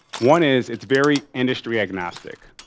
one is it's very industry agnostic.